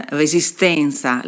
resistenza